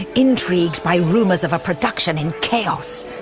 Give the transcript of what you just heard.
ah intrigued by rumours of a production in chaos!